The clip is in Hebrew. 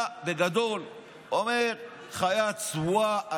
אתה בגדול אומר חיה צבועה,